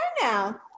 now